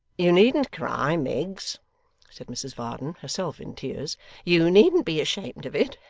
you needn't cry, miggs said mrs varden, herself in tears you needn't be ashamed of it,